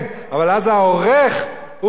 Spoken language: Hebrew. כן, אבל אז העורך הוא